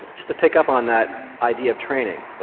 just to pick up on that idea of training.